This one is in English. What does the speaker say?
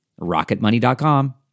RocketMoney.com